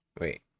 Wait